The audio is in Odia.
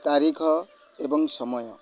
ତାରିଖ ଏବଂ ସମୟ